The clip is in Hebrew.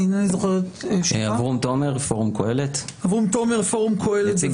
אברום תומר מפורום קהלת, בבקשה.